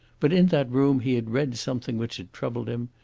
but in that room he had read something which had troubled him,